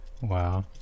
Wow